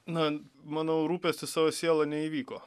na manau rūpestis savo siela neįvyko